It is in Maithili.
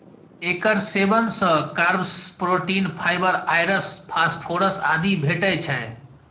एकर सेवन सं carbs, protein, fibre, iron, phosphorus आदि भेटै छै